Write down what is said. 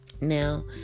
Now